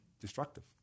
destructive